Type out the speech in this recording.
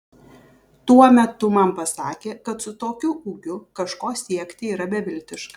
tuo metu man pasakė kad su tokiu ūgiu kažko siekti yra beviltiška